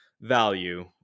value